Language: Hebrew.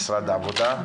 משרד העבודה,